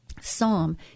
Psalm